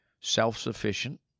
self-sufficient